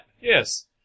Yes